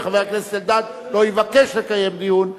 וחבר הכנסת כץ לא יבקש לקיים דיון,